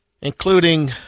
Including